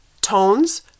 tones